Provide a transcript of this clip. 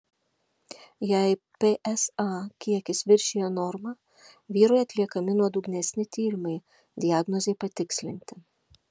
jei psa kiekis viršija normą vyrui atliekami nuodugnesni tyrimai diagnozei patikslinti